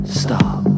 stop